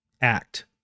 act